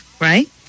right